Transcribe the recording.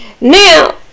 now